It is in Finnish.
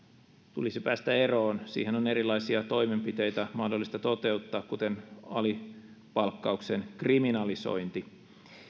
tulisi päästä eroon siihen on erilaisia toimenpiteitä mahdollista toteuttaa kuten alipalkkauksen kriminalisointi